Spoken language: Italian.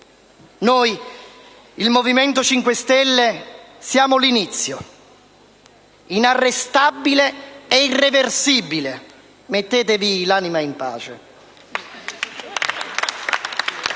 Noi, il Movimento 5 Stelle, siamo l'inizio, inarrestabile e irreversibile: mettetevi l'anima in pace.